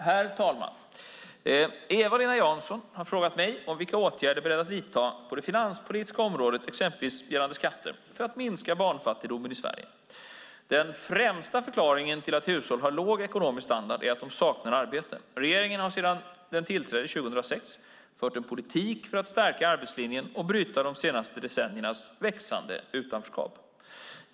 Herr talman! Eva-Lena Jansson har frågat mig vilka åtgärder jag är beredd att vidta på det finanspolitiska området, exempelvis gällande skatter, för att minska barnfattigdomen i Sverige. Den främsta förklaringen till att hushåll har låg ekonomisk standard är att de saknar arbete. Regeringen har sedan den tillträdde 2006 fört en politik för att stärka arbetslinjen och bryta de senaste decenniernas växande utanförskap.